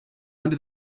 under